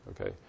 okay